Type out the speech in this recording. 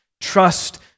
Trust